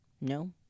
No